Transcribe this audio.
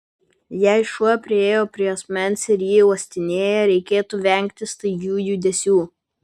jei šuo priėjo prie asmens ir jį uostinėja reikėtų vengti staigių judesių